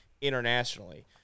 internationally